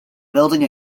building